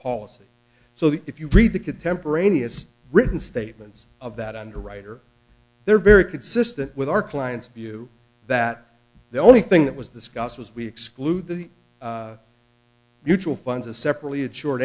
policy so that if you read the contemporaneous written statements of that underwriter they're very consistent with our client's view that the only thing that was discussed was we exclude the mutual funds a separately of short